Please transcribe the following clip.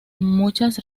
muchas